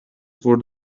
for